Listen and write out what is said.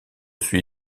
celui